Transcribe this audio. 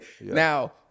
now